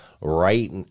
right